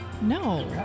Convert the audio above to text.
No